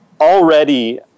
already